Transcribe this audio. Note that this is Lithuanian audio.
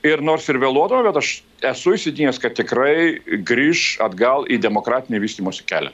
ir nors ir vėluodama bet aš esu įsitikinęs kad tikrai grįš atgal į demokratinį vystymosi kelią